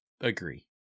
agree